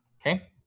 Okay